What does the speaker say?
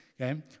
okay